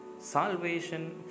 salvation